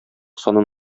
санын